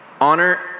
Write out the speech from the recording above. honor